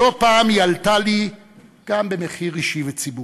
לא פעם היא עלתה לי גם במחיר אישי וציבורי.